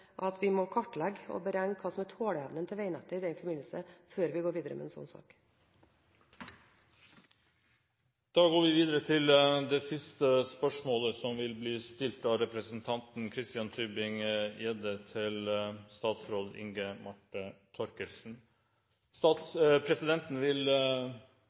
at vi må kartlegge og beregne hva som er tåleevnen til veinettet i den forbindelse, før vi går videre med en slik sak. Da går vi videre til det siste spørsmålet – spørsmålene 7 og 8 er besvart tidligere – som vil bli stilt av representanten Christian Tybring-Gjedde til statsråd